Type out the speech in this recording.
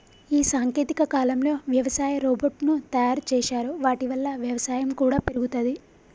ఈ సాంకేతిక కాలంలో వ్యవసాయ రోబోట్ ను తయారు చేశారు వాటి వల్ల వ్యవసాయం కూడా పెరుగుతది